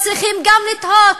צריכים גם לתהות,